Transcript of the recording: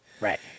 right